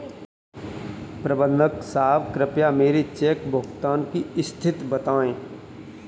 प्रबंधक साहब कृपया मेरे चेक भुगतान की स्थिति बताएं